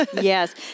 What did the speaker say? Yes